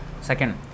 Second